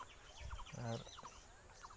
ᱟᱨ